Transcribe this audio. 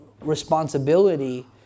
responsibility